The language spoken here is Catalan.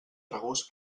regust